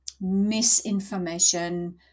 misinformation